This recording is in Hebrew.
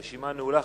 הרשימה נעולה.